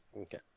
Okay